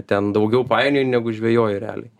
ten daugiau painioji negu žvejoji realiai